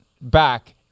back